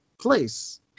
place